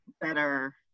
better